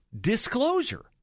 disclosure